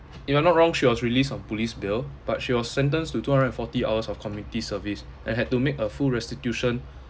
if I'm not wrong she was released on police bail but she was sentenced to two hundred and forty hours of community service and had to make a full restitution